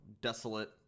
desolate